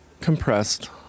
compressed